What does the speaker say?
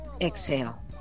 Exhale